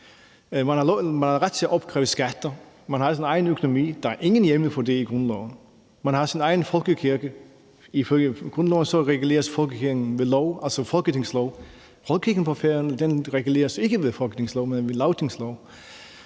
Man har ret til at opkræve skatter, og man har sin egen økonomi. Det er der ingen hjemmel for i grundloven. Man har sin egen folkekirke. Ifølge grundloven reguleres folkekirken ved lov, altså folketingslov. Folkekirken på Færøerne reguleres ikke ved folketingslov, men ved lagtingslov.